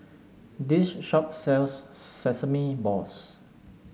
this shop sells Sesame Balls